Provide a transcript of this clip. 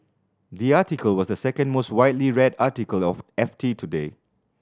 the article was the second most widely red article of F T today